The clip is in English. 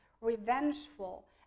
revengeful